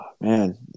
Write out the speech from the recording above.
Man